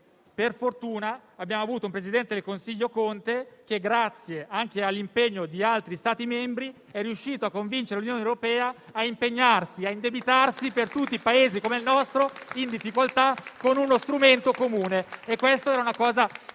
per fortuna, abbiamo avuto il presidente del Consiglio Conte, che, grazie anche all'impegno di altri Stati membri, è riuscito a convincere l'Unione europea a impegnarsi e a indebitarsi per tutti i Paesi in difficoltà, come il nostro, con uno strumento comune. Questa era una cosa impensabile